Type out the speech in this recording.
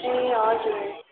ए हजुर